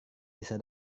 bisa